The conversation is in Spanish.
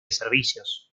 servicios